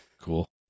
Cool